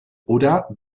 oder